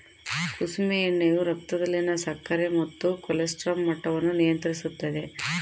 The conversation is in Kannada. ಕುಸುಮೆ ಎಣ್ಣೆಯು ರಕ್ತದಲ್ಲಿನ ಸಕ್ಕರೆ ಮತ್ತು ಕೊಲೆಸ್ಟ್ರಾಲ್ ಮಟ್ಟವನ್ನು ನಿಯಂತ್ರಿಸುತ್ತದ